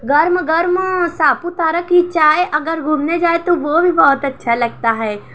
گرم گرم ساپوتارک کی چائے اگر گھومنے جائے تو وہ بھی بہت اچھا لگتا ہے